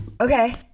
okay